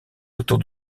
autour